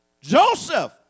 Joseph